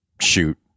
shoot